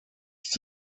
ist